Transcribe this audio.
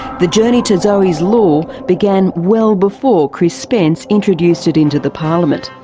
the journey to zoe's law began well before chris spence introduced it into the parliament.